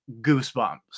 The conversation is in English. goosebumps